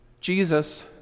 Jesus